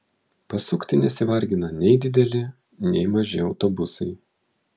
pasukti nesivargina nei dideli nei maži autobusai